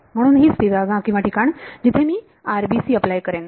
म्हणून हीच ती जागा किंवा ठिकाण जिथे मी RBC अपलाय करेन